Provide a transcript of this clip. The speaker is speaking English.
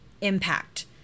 impact